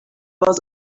was